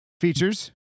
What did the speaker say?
Features